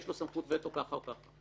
יש לו סמכות וטו כך או כך,